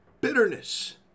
bitterness